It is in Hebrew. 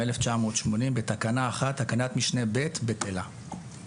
התש"ם-1980, בתקנה 1, תקנת משנה (ב) בטלה."